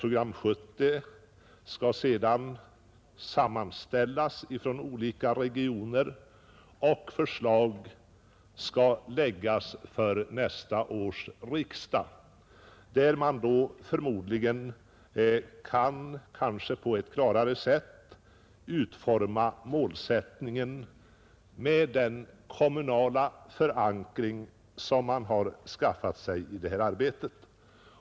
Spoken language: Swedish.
Programmen för de olika regionerna skall sedan sammanställas, och förslag skall läggas fram för nästa års riksdag. Då kan vi förmodligen på ett klarare sätt utforma målsättningen med ledning av den kommunala förankring som man skaffat sig i arbetet.